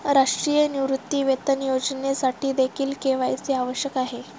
राष्ट्रीय निवृत्तीवेतन योजनेसाठीदेखील के.वाय.सी आवश्यक आहे